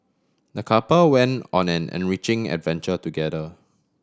the couple went on an enriching adventure together